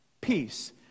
Peace